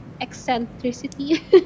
eccentricity